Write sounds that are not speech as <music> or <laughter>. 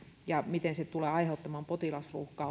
ja ovat jo nähneet miten se tulee aiheuttamaan potilasruuhkaa <unintelligible>